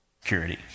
security